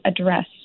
address